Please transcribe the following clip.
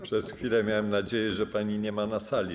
Przez chwilę miałem nadzieję, że pani nie ma na sali.